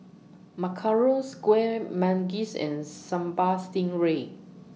Macarons Kueh Manggis and Sambal Stingray